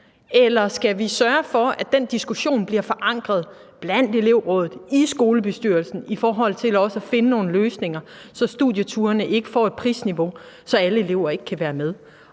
eller skal vi sørge for, at den diskussion bliver forankret i elevrådet, i skolebestyrelsen, også i forhold til at finde nogle løsninger, så studieturene ikke får et prisniveau, så alle elever ikke kan være med?